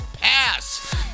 pass